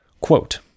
Quote